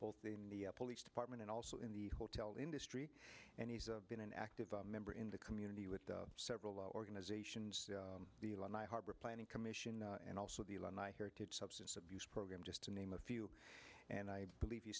both in the police department and also in the hotel industry and he's been an active member in the community with several organizations the alumni harbor planning commission and also the alumni heritage substance abuse program just to name a few and i believe you